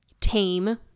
tame